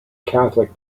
catholic